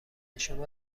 شما